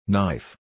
Knife